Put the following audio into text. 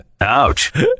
Ouch